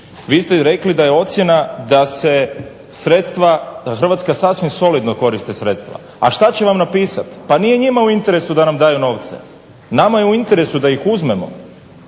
Vi ste rekli da je ocjena da Hrvatska sasvim solidno koriste sredstava. A što će vam napisati? Pa nije njima u interesu da nam daju novce, nama je u interesu da ih uzmemo.